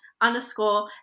underscore